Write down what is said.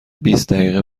دقیقه